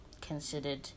considered